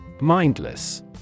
Mindless